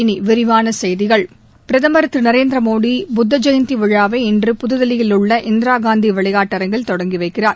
இனி விரிவான செய்திகள் பிரதமர் திரு நரேந்திரமோடி புத்த ஜெயந்தி விழாவை இன்று புதுதில்லியில் உள்ள இந்திராகாந்தி விளையாட்டரங்கில் தொடங்கி வைக்கிறார்